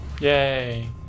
yay